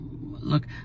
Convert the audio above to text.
look